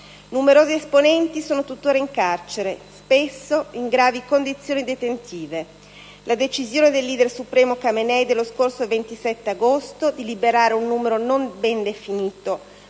Numerosi esponenti sono tuttora in carcere, spesso in gravi condizioni detentive. La decisione del leader supremo Khamenei dello scorso 27 agosto di liberare un numero non ben definito